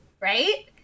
right